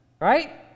Right